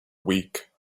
week